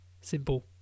simple